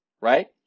right